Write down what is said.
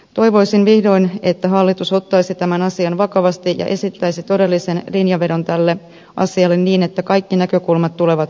toivoisin vihdoin että hallitus ottaisi tämän asian vakavasti ja esittäisi todellisen linjanvedon tälle asialle niin että kaikki näkökulmat tulevat huomioiduiksi